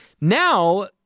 Now